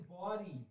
body